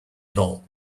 doll